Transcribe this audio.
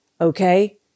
Okay